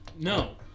No